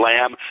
Lamb